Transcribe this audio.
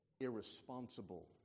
irresponsible